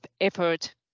effort